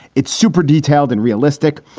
it's super detailed and realistic.